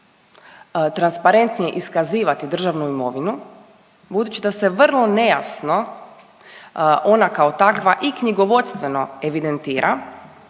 transparentnije iskazivati državnu imovinu budući da se vrlo nejasno ona kao takva i knjigovodstveno evidentira,